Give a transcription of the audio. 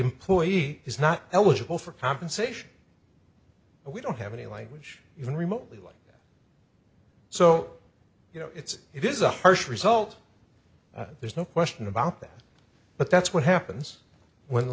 employee is not eligible for compensation we don't have any language even remotely like that so you know it's it is a harsh result there's no question about that but that's what happens when the